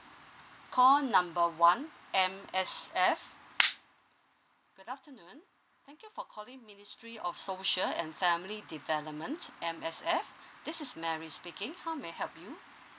call number one M_S_F good afternoon thank you for calling ministry of social and family development M_S_F this is mary speaking how may I help you